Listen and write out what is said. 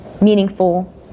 meaningful